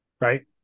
right